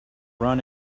run